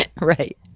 Right